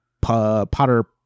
Potter